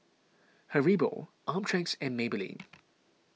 Haribo Optrex and Maybelline